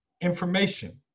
information